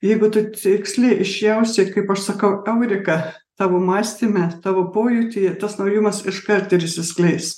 jeigu tu tiksliai išjausi kaip aš sakau eurika tavo mąstyme tavo pojūtyje tas naujumas iškart ir išsiskleis